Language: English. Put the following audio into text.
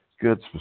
good